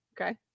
Okay